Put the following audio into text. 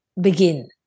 begin